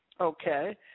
Okay